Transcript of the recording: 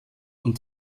und